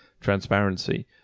transparency